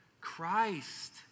Christ